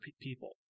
people